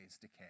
decay